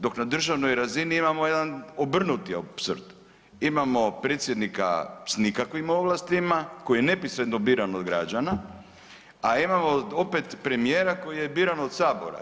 Dok na državnoj razini imamo jedan obrnuti … [[ne razumije se]] Imamo predsjednika s nikakvim ovlastima koji je neposredno biran od građana, a imamo opet premijera koji je biran od Sabora.